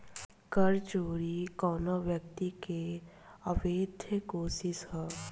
कर चोरी कवनो व्यक्ति के अवैध कोशिस ह